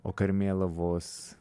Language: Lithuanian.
o karmėlavos